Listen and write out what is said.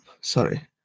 sorry